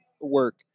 work